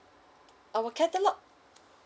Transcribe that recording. our catalogue